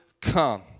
come